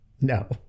no